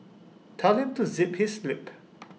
tell him to zip his lip